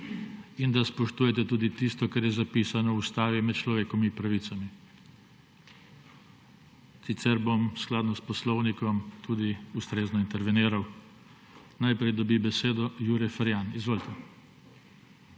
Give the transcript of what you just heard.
in da spoštujete tudi tisto, kar je zapisano v ustavi med človekovimi pravicami, sicer bom skladno s poslovnikom tudi ustrezno interveniral. Najprej dobi besedo Jure Ferjan. Izvolite.